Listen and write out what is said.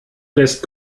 lässt